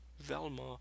Velma